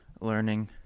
learning